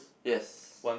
yes